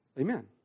amen